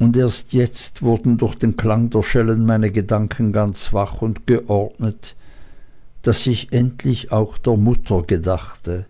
und erst jetzt wurden durch den klang der schellen meine gedanken ganz wach und geordnet daß ich endlich auch der mutter gedachte